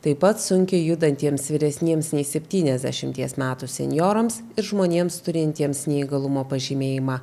taip pat sunkiai judantiems vyresniems nei septyniasdešimties metų senjorams ir žmonėms turintiems neįgalumo pažymėjimą